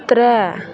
त्रै